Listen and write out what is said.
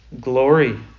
glory